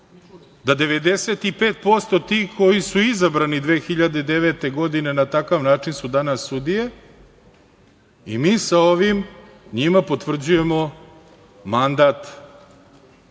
da 95% tih koji su izabrani 2009. godine, na takav način, su danas sudije. I mi sa ovim njima potvrđujemo mandat